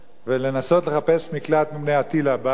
וינסו לחפש מקלט מפני הטיל הבא,